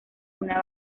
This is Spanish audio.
una